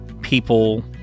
people